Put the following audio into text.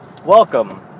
Welcome